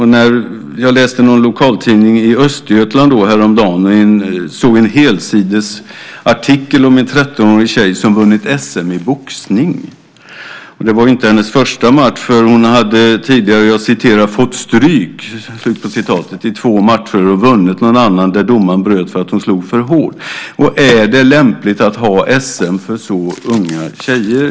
Häromdagen läste jag en lokaltidning i Östergötland och såg en helsidesartikel om en trettonårig tjej som vunnit SM i boxning. Det var inte hennes första match, för hon hade tidigare "fått stryk" i två matcher och vunnit en annan där domaren bröt därför att hon slog för hårt. Är det lämpligt att ha SM i boxning för så unga tjejer?